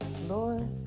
Lord